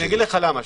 אני אגיד לך למה.